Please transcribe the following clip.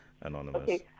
anonymous